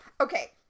Okay